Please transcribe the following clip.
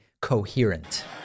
coherent